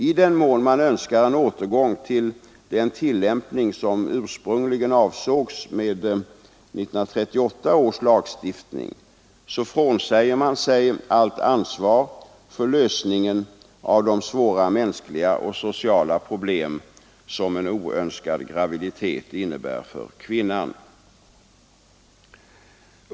I den mån man önskar en återgång till den tillämpning som ursprungligen avsågs med 1938 års lagstiftning frånsäger man sig allt ansvar för lösningen av de svåra mänskliga och sociala problem som en oönskad graviditet innebär för kvinnan.